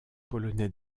polonais